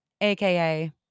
aka